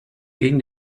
gegen